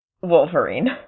Wolverine